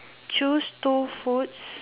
choose two foods